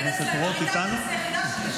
אין אצלם.